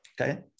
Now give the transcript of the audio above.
Okay